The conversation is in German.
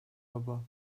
aber